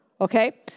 Okay